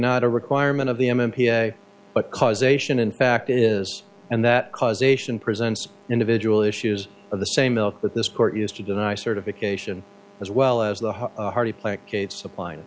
not a requirement of the m p a but causation in fact is and that causation presents individual issues of the same ilk but this court used to deny certification as well as the